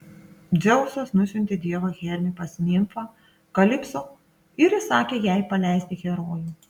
dzeusas nusiuntė dievą hermį pas nimfą kalipso ir įsakė jai paleisti herojų